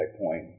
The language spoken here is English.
point